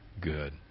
good